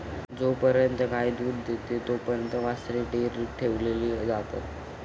जोपर्यंत गाय दूध देते तोपर्यंत वासरे डेअरीत ठेवली जातात